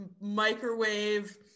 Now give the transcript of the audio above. microwave